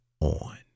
On